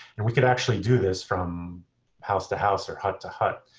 and we could actually do this from house to house or hut to hut.